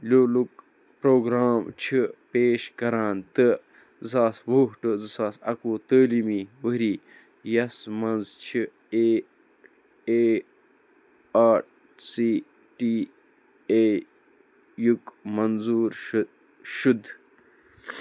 لیولُک programme چھُ پیش کَران تہٕ زٕ ساس وُہ ٹُو زٕ ساس اَکوُہ تعلیٖمی ؤری یَس مَنٛز چھِ A A I C T E یُک منظوٗر شُہ شُد